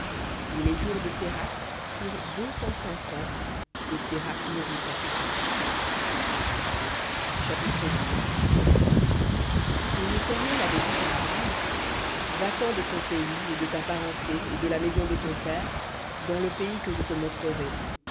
et les jours de térakh furent deux cent cinq ans et térakh mourut à charan chapitre et l'éternel avait dit à abram va-t'en de ton pays et de ta parenté et de la maison de ton père dans le pays que je te montrerai